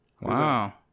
Wow